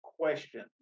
questions